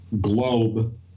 globe